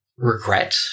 Regret